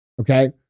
Okay